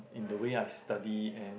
in the way I study and